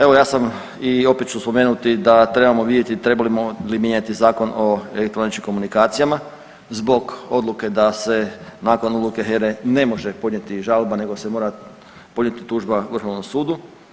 Evo ja sam i opet ću spomenuti da trebamo vidjeti trebamo li mijenjati Zakon o elektroničkim komunikacijama zbog odluke da se nakon odluke HERA-e ne može podnijeti žalba nego se mora podnijeti tužba Vrhovnom sudu.